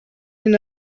hyn